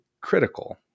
critical